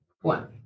one